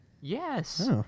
Yes